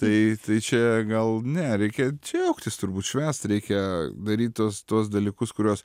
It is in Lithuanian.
tai tai čia gal ne reikia džiaugtis turbūt švęst reikia daryt tuos tuos dalykus kuriuos